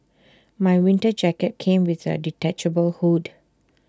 my winter jacket came with A detachable hood